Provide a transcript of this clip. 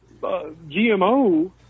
GMO